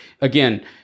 Again